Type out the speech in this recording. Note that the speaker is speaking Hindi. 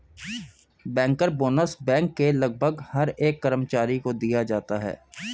बैंकर बोनस बैंक के लगभग हर एक कर्मचारी को दिया जाता है